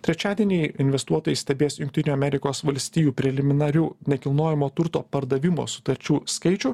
trečiadienį investuotojai stebės jungtinių amerikos valstijų preliminarių nekilnojamo turto pardavimo sutarčių skaičių